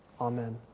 Amen